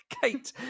Kate